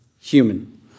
human